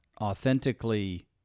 authentically